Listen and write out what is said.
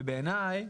ובעיניי,